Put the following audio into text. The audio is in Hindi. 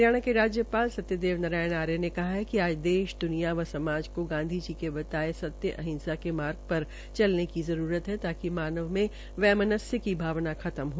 हरियाणा के राज्य ाल सत्यदेव नारायण आर्य ने कहा है कि आज देश द्वनिया व समाज को गांधी जी के बताये गये सत्य अहिंसा के मार्ग प्रर चलने की आवश्यकता है ताकि मानव में वैमन्स्य की भावना खत्म हो